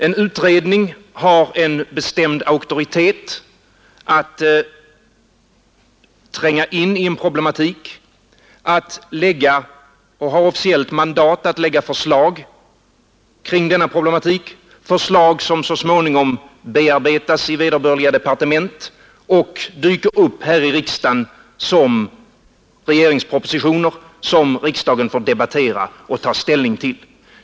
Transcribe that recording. En utredning har en bestämd auktoritet att tränga in i en problematik. Den har officiellt mandat att lägga fram förslag kring denna problematik, förslag som så småningom skall bearbetas i vederbörande departement och som dyker upp här i riksdagen som regeringspropositioner som riksdagen får debattera och ta ställning till.